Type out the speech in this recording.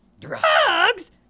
Drugs